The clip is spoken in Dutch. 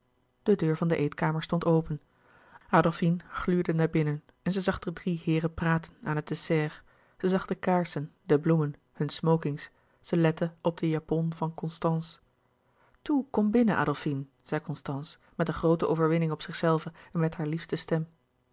de deur van de eetkamer stond open adolfine gluurde naar binnen en zij zag de drie heeren praten aan het dessert zij zag de kaarsen de bloemen hun smokings zij lette op de japon van constance toe kom binnen adolfine zei constance met een groote overwinning op zichzelve en met haar liefste stem